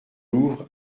louvre